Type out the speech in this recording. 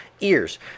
ears